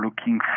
looking